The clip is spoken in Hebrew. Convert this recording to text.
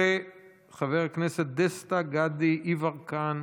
חבר כנסת דסטה גדי יברקן,